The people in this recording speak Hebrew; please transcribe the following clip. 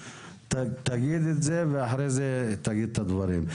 תגיד את זה ואחרי זה תגיד את הדברים.